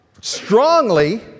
strongly